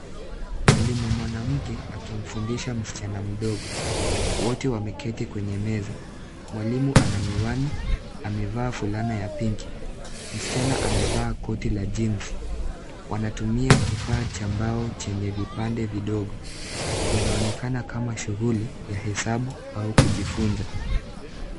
Mwalimu mwanamke akimfundisha msichana mdogo, wote wameketi kwenye meza. Mwalimu ana miwani amevaa fulana ya pinki , msichana amevaa koti la jeansi . Wanatumia kifaa cha mbao chenye vipande vidogo vidogo, linaonekana kama shughuli ya hesabu au kujifunza.